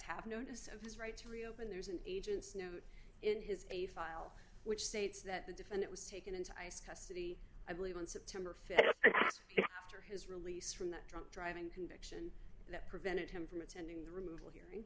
as of his right to reopen there's an agent's note in his a file which states that the defend it was taken into ice custody i believe on september th after his release from that drunk driving conviction that prevented him from attending the removal hearing